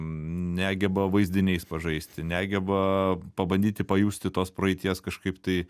negeba vaizdiniais pažaisti negeba pabandyti pajusti tos praeities kažkaip tai